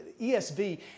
ESV